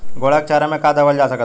घोड़ा के चारा मे का देवल जा सकत बा?